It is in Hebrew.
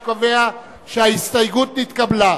אני קובע שההסתייגות נתקבלה.